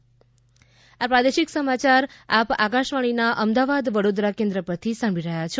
corona સંદેશ આ પ્રાદેશિક સમાચાર આપ આકશવાણીના અમદાવાદ વડોદરા કેન્દ્ર પરથી સાંભળી રહ્યા છે